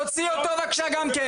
תוציאו אותו בבקשה גם כן.